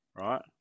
Right